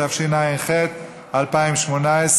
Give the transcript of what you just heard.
התשע"ח 2018,